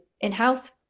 in-house